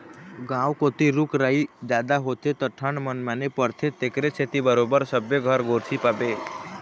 गाँव कोती रूख राई जादा होथे त ठंड मनमाने परथे तेखरे सेती बरोबर सबे घर गोरसी पाबे